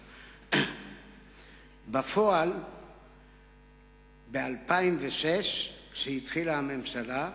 בפועל, ב-2006, כשהתחילה הממשלה,